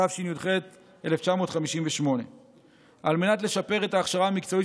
תשי"ח 1958. על מנת לשפר את ההכשרה המקצועית